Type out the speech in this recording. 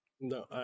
no